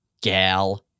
Gal